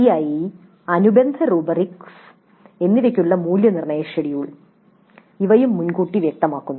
CIE അനുബന്ധ rubrics എന്നിവയ്ക്കുള്ള മൂല്യനിർണ്ണയ ഷെഡ്യൂൾ ഇവയും മുൻകൂട്ടി വ്യക്തമാക്കുന്നു